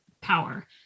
power